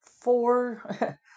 four